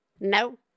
No